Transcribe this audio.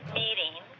meeting